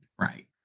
right